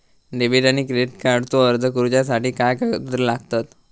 Debit आणि credit कार्डचो अर्ज करुच्यासाठी काय कागदपत्र लागतत?